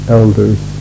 elders